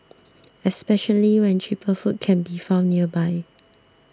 especially when cheaper food can be found nearby